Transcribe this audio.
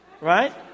right